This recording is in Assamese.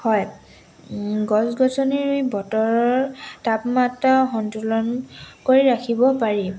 হয় গছ গছনি বতৰৰ তাপমাত্ৰা সন্তোলন কৰি ৰাখিব পাৰি